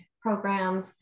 programs